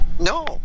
No